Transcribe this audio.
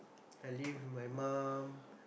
I live with my mum